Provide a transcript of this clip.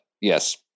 yes